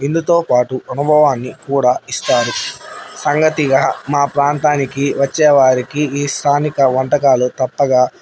విందుతో పాటు అనుభవాన్ని కూడా ఇస్తారు సంగతిగా మా ప్రాంతానికి వచ్చేవారికి ఈ స్థానిక వంటకాలు తప్పక